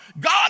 God